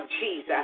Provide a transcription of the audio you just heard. Jesus